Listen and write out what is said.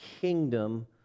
kingdom